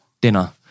Dinner